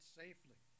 safely